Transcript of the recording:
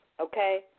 okay